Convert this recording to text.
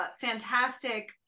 fantastic